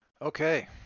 okay